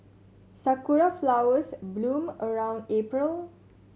sakura flowers bloom around April